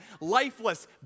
lifeless